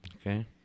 Okay